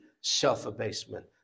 self-abasement